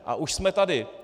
A už jsme tady.